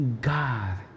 God